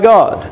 God